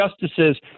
justices